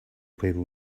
people